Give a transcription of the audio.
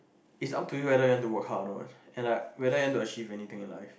is up to you whether you want to work hard or not and like whether you want to achieve anything in life